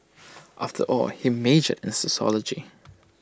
after all he majored in sociology